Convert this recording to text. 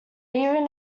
even